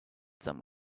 them